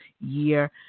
year